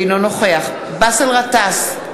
אינו נוכח באסל גטאס,